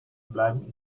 bleiben